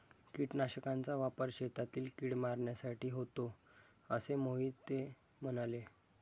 कीटकनाशकांचा वापर शेतातील कीड मारण्यासाठी होतो असे मोहिते म्हणाले